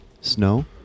Snow